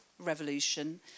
revolution